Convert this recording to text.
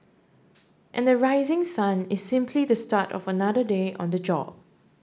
and the rising sun is simply the start of another day on the job